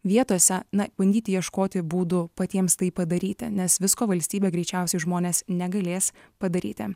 vietose na bandyti ieškoti būdų patiems tai padaryti nes visko valstybė greičiausiai žmonės negalės padaryti